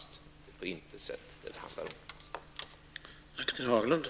Det är på intet sätt detta som det handlar om.